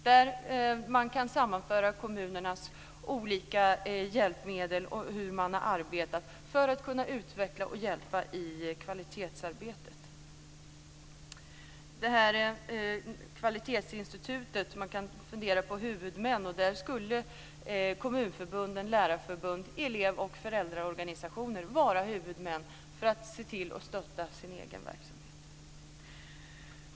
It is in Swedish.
Där kan man sammanföra kommunernas olika hjälpmedel och sätt att arbeta för att kunna utveckla och hjälpa skolorna i kvalitetsarbetet. Man kan fundera på huvudmän för detta kvalitetsinstitut. Kommunförbund, lärarförbund och elev och föräldraorganisationer skulle kunna vara huvudmän för att se till att stötta sin egen verksamhet.